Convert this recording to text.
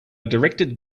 directed